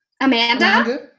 amanda